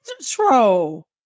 troll